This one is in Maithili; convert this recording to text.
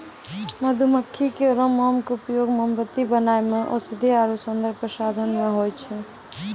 मधुमक्खी केरो मोम क उपयोग मोमबत्ती बनाय म औषधीय आरु सौंदर्य प्रसाधन म होय छै